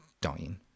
dying